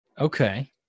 Okay